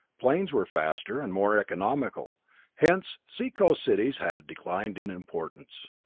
planes were faster and more economical hence seacoast cities had declined in importance.